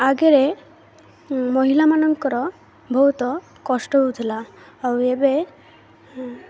ଆଗରେ ମହିଳାମାନଙ୍କର ବହୁତ କଷ୍ଟ ହେଉଥିଲା ଆଉ ଏବେ